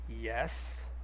yes